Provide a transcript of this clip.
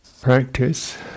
practice